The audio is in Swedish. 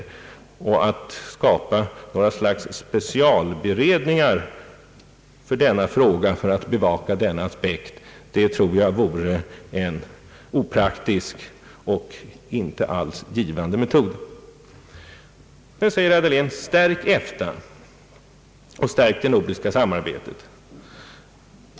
Att skapa några slags specialberedningar för att bevaka denna aspekt tror jag vore en opraktisk och alls icke givande metod. Sedan säger herr Dahlén: Stärk EFTA och stärk det nordiska samarbetet!